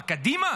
מה, קדימה?